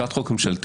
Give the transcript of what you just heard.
הצעת חוק ממשלתית